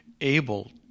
able